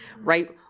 right